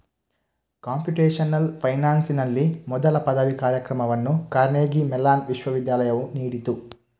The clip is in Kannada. ಕಂಪ್ಯೂಟೇಶನಲ್ ಫೈನಾನ್ಸಿನಲ್ಲಿ ಮೊದಲ ಪದವಿ ಕಾರ್ಯಕ್ರಮವನ್ನು ಕಾರ್ನೆಗೀ ಮೆಲಾನ್ ವಿಶ್ವವಿದ್ಯಾಲಯವು ನೀಡಿತು